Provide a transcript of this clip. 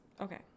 Okay